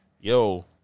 Yo